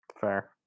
Fair